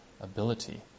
ability